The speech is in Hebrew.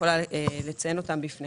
התנאים הם: